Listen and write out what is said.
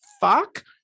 fuck